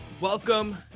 Welcome